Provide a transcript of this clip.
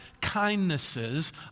kindnesses